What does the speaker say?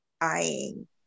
eyeing